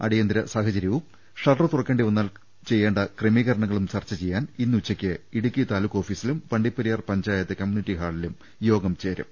അടിയന്തിര സാഹചര്യവും ഷട്ടർ തുറക്കേണ്ടി വന്നാൽ ചെയ്യേണ്ട ക്രമീകരണങ്ങളും ചർച്ച ചെയ്യാൻ ഇന്ന് ഉച്ച യ്ക്ക് ഇടുക്കി താലൂക്ക് ഓഫീസിലും വണ്ടിപ്പെരിയാർ പഞ്ചായത്ത് കമ്മ്യൂണിറ്റി ഹാളിലും യോഗ്യം ചേരും